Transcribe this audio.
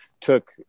took